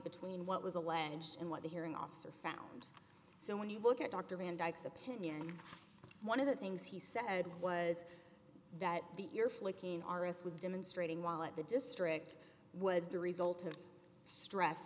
between what was alleged and what the hearing officer found so when you look at dr van dyke's opinion one of the things he said was that the year flicking r us was demonstrating while at the district was the result of stress